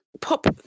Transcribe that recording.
Pop